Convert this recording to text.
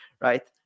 right